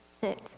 sit